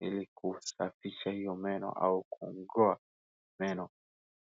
ili kusafisha hio meno, au kung'oa meno.